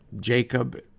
Jacob